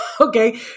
Okay